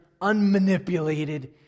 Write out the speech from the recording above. unmanipulated